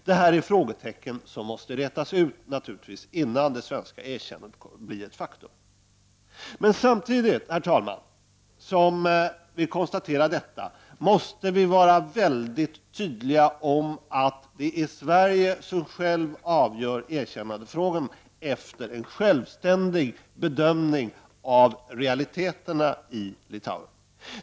Det här är frågetecken som måste rätas ut innan det svenska erkännandet kan bli ett faktum. Men samtidigt, herr talman, som vi konstaterar detta måste vi vara väldigt tydliga om att det är Sverige som självt avgör erkännandefrågan, efter en självständig bedömning av realiteterna i Litauen.